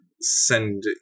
send